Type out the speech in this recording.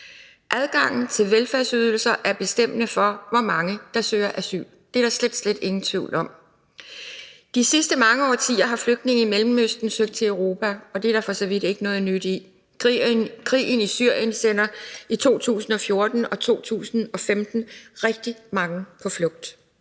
Adgangen til velfærdsydelser er bestemmende for, hvor mange der søger asyl. Det er der slet, slet ingen tvivl om. De sidste mange årtier har flygtninge i Mellemøsten søgt til Europa, og det er der for så vidt ikke noget nyt i. Krigen i Syrien sendte i 2014 og 2015 rigtig mange på flugt.